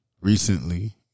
recently